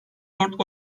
dört